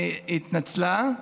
היא התנצלה.